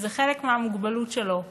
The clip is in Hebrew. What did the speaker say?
כי זה חלק מהמוגבלות שלו,